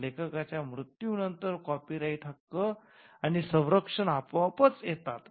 लेखकाच्या मृत्यू नंतर कॉपी राईट हक्क आणि संरक्षण आपोआपच येतात